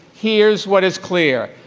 here's what is clear.